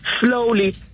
slowly